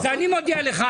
אז אני מודיע לך,